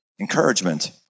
encouragement